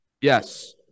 Yes